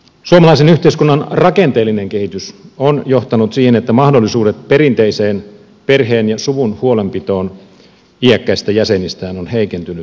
suomalaisen yhteiskunnan rakenteellinen kehitys on johtanut siihen että mahdollisuudet perinteiseen perheen ja suvun huolenpitoon iäkkäistä jäsenistään on heikentynyt